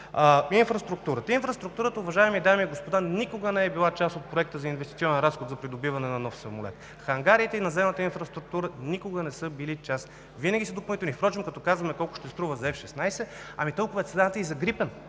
Инфраструктурата. Инфраструктурата, уважаеми дами и господа, никога не е била част от проекта за инвестиционен разход, за придобиване на нов самолет. Хангарите и надземната инфраструктура никога не са били част, винаги са допълнителни. Като казваме колко ще струва F-16, ами толкова е цената и за „Грипен“,